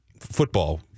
Football